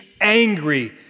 angry